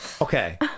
Okay